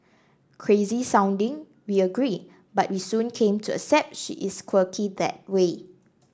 crazy sounding we agree but we soon came to accept she is quirky that way